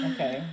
Okay